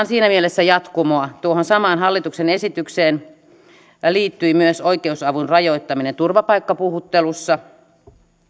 siinä mielessä jatkumoa tuohon samaan hallituksen esitykseen liittyi myös oikeusavun rajoittaminen turvapaikkapuhuttelussa